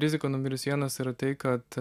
rizika numeris vienas yra tai kad